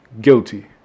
guilty